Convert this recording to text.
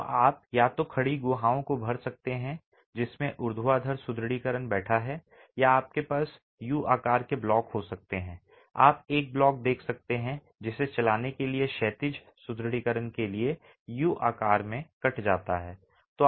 तो आप या तो खड़ी गुहाओं को भर सकते हैं जिसमें ऊर्ध्वाधर सुदृढीकरण बैठा है या आपके पास यू आकार के ब्लॉक हो सकते हैं आप एक ब्लॉक देख सकते हैं जिसे चलाने के लिए क्षैतिज सुदृढीकरण के लिए यू के आकार में कट जाता है